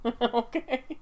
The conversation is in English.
Okay